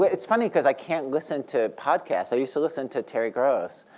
but it's funny because i can't listen to podcasts. i used to listen to terry gross,